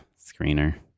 Screener